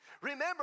Remember